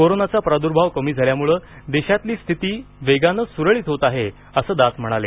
कोरोनाचा प्रादुर्भाव कमी झाल्यान देशातील स्थिती वेगाने सामान्य होत आहे असं दास म्हणाले